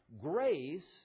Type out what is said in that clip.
grace